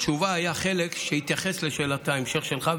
בתשובה היה חלק שהתייחס לשאלת ההמשך שלך,